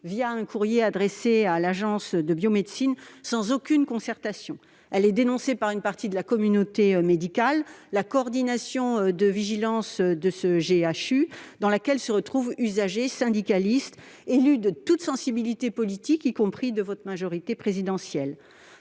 un courrier adressé à l'Agence de la biomédecine, sans aucune concertation. Elle est dénoncée par une partie de la communauté médicale, la Coordination de vigilance du groupe hospitalier universitaire (GHU), dans laquelle se retrouvent usagers, syndicalistes, élus de toutes sensibilités politiques, y compris de la majorité présidentielle.